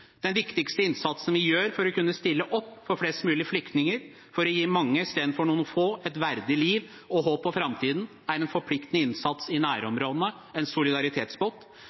Den viktigste innsatsen vi gjør for å kunne stille opp for flest mulig flyktninger, for å gi mange istedenfor noen få et verdig liv og håp for framtiden, er en forpliktende innsats i nærområdene, en